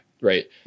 right